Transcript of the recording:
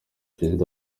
perezida